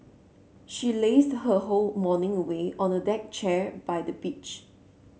she lazed her whole morning away on a deck chair by the beach